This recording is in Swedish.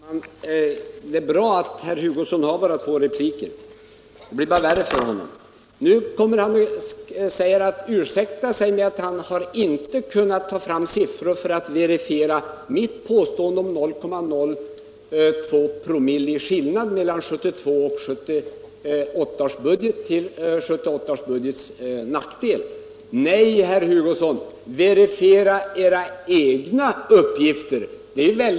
Herr talman! Det är bra att herr Hugosson bara har två repliker, eftersom det bara blir värre och värre för honom. Nu kommer han och ursäktar sig med att han inte har kunnat ta fram några siffror för att kontrollera mitt påstående om 0,02 promille i skillnad mellan 1972 och 1978 års budget till 1978 års budgets nackdel. Nej, verifiera de egna uppgifterna, herr Hugosson!